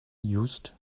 used